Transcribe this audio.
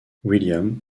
william